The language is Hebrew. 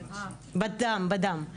בדם.